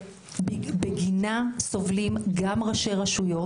שבגינה סובלים גם ראשי רשויות,